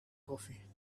coffee